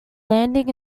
landing